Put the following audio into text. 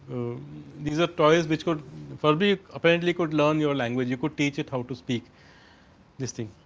these a toys, which could furby apparently could learn your language, you could teach it how to speak this thing.